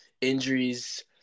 injuries